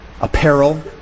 apparel